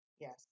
Yes